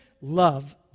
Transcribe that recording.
Love